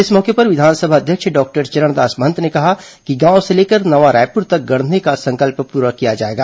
इस मौके पर विधानसभा अध्यक्ष डॉक्टर चरणदास महंत ने कहा कि गांव से लेकर नवा रायपुर तक गढ़ने का संकल्प पूरा किया जाएगा